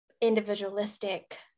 individualistic